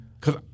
Cause